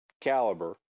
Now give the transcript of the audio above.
caliber